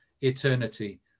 eternity